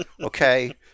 okay